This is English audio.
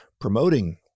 promoting